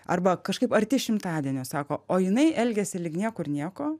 arba kažkaip arti šimtadienio sako o jinai elgiasi lyg niekur nieko